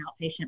outpatient